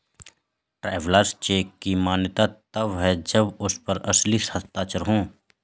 travellers cheque की मान्यता तब है जब उस पर असली हस्ताक्षर हो